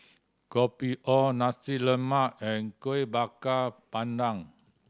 Kopi O Nasi Lemak and Kuih Bakar Pandan